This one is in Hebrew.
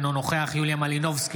אינו נוכח יוליה מלינובסקי,